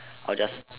I'll just